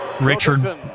Richard